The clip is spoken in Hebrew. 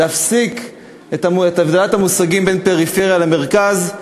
להפסיק את ההבדלה בין פריפריה למרכז,